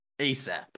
ASAP